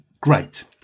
great